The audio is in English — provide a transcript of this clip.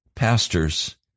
Pastors